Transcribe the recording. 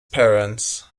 parents